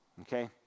Okay